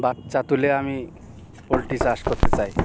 বাচ্চা তুলে আমি পোলট্রি চাষ করতে চাই